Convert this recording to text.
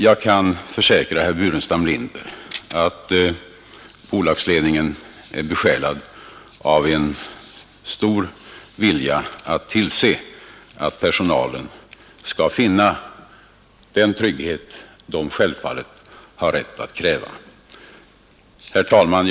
Jag kan försäkra herr Burenstam Linder att bolagsledningen är besjälad av en stark vilja att tillse att personalen skall finna den trygghet den självfallet har rätt att kräva. Herr talman!